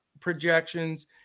projections